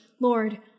Lord